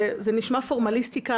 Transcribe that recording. זה נשמע פורמליסטיקה,